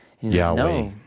Yahweh